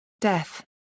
Death